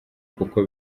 kuko